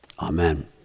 Amen